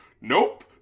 nope